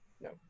No